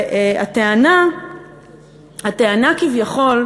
והטענה, הטענה, כביכול,